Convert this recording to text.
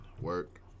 Work